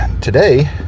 today